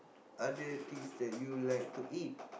other things that you like to eat